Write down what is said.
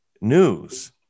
news